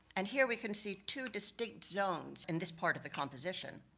and here, we can see two distinct zones in this part of the composition.